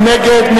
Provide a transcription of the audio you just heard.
מי נגד?